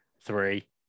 three